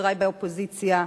חברי באופוזיציה,